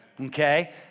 Okay